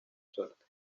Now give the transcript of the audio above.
suerte